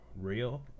real